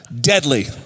deadly